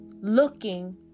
looking